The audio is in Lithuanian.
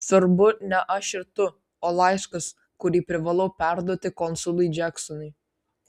svarbu ne aš ir tu o laiškas kurį privalau perduoti konsului džeksonui